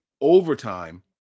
overtime